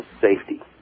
safety